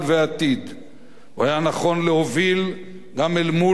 הוא היה נכון להוביל גם אל מול האיום הפוליטי